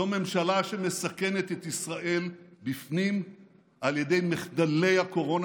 זו ממשלה שמסכנת את ישראל בפנים על ידי מחדלי הקורונה